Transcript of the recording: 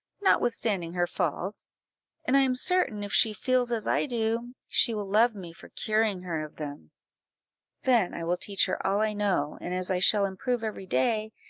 notwithstanding her faults and i am certain, if she feels as i do, she will love me for curing her of them then i will teach her all i know, and as i shall improve every day,